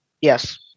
Yes